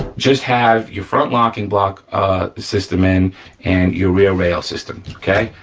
just have your front locking block system in and your rear rail system, okay?